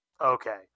okay